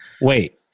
Wait